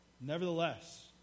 Nevertheless